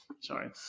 Sorry